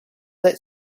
that